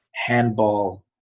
handball